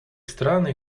страны